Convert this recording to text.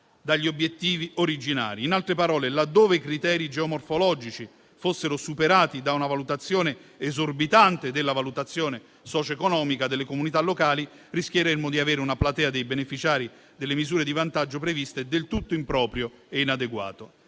dagli obiettivi originari; in altre parole, laddove i criteri geomorfologici fossero superati da una valutazione esorbitante della valutazione socioeconomica delle comunità locali, rischieremmo di avere una platea dei beneficiari delle misure di vantaggio previste del tutto impropria e inadeguata.